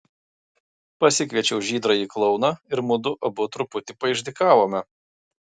pasikviečiau žydrąjį klouną ir mudu abu truputį paišdykavome